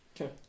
Okay